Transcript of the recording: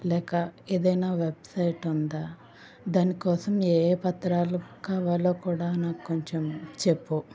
లేక ఏదైనా వెబ్సైట్ ఉందా దానికోసం ఏ ఏ పత్రాలు కావాలో కూడా నాకు కొంచెం చెప్పు